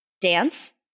dance